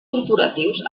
corporatius